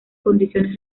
condiciones